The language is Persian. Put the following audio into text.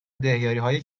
دهیاریهای